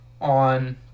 on